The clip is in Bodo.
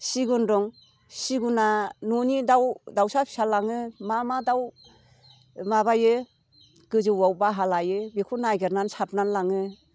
सिगुन दं सिगुना न'नि दाउ दाउसा फिसा लाङो मा मा दाउ माबायो गोजौआव बाहा लायो बेखौ नागिरनानै साबनानै लाङो